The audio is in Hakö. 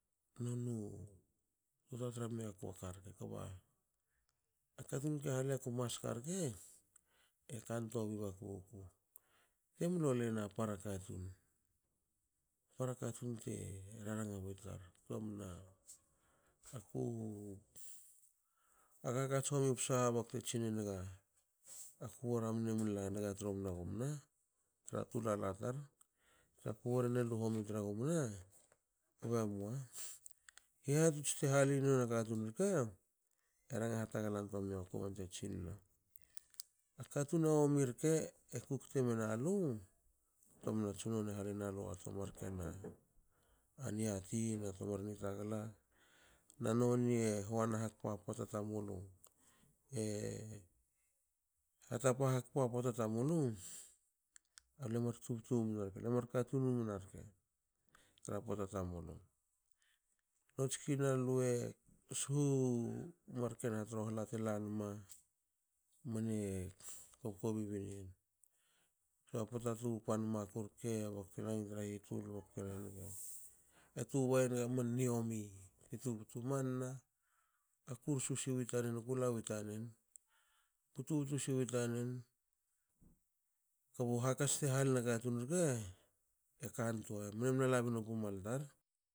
Nonu tu tra tra miaku a ka rke kba katun teha lioku maska rke e kantua wi baku guku bte mlo luena para katun te raranga wi tar ktomna aku hak hakats homi psa bakte tsine nga aku bara mne mla niga tromna gumna tra tulala tar tsa kubare na luhomi tna gumna? Kbe mua hihatots te halina nona katun rke e ranga hataglan toa mioku bante tsinna a katun a omi rke kukte menalu ktomna tsunone halenualu a niati na toa mar nitagala na noni e huana hakpa pota tamulu. E hatapa hakpa poata tamulu. ale mar katun mna rke lue mar tubtu mna rke tra pota tamulu. Notskin alu e u suhu marken hatrohla telanma mne kob kobi biniyen. Ba pota tu pan maku rke bte lanigi tra hitu bte tubei enigi aman niomi te tubutu e manna kursu siwi tanen, kulawi tanen ku tubutu siwi tanen kbu hakats te halina katun rke. ekan toa mne mla labin u pumal tar